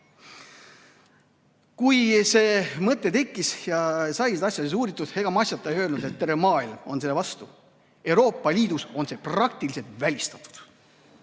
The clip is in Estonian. Kui see mõte tekkis ja sai seda asja uuritud, ega ma asjata ei öelnud, et terve maailm on selle vastu. Euroopa Liidus on see praktiliselt välistatud.